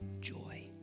joy